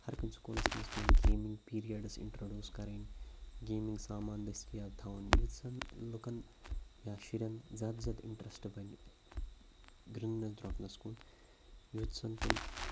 ہرکُنہِ سکوٗلَس منٛز کینٛہہ گیمِنٛگ پیٖریَڈٕز اِنٹرٛڈوٗس کَرٕنۍ گیمِنٛگ سامان دٔستیاب تھاوُن یُتھ زَن لُکَن یا شُرٮ۪ن زیادٕ زیادٕ اِنٹرٛسٹ بَنہِ گِنٛدنَس درٛوٚکنَس کُن یُتھ زَن تِم